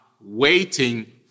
waiting